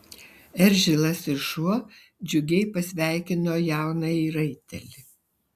eržilas ir šuo džiugiai pasveikino jaunąjį raitelį